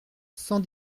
sans